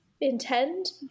intend